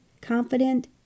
confident